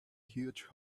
huge